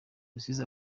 rusizi